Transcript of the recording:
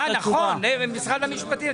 אה, נכון, משרד המשפטים.